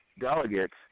Delegates